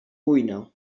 cuina